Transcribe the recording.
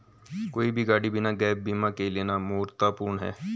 कोई भी गाड़ी बिना गैप बीमा के लेना मूर्खतापूर्ण है